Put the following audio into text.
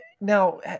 Now